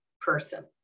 person